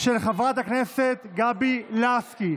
של חברת הכנסת גבי לסקי.